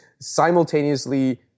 simultaneously